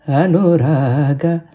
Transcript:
anuraga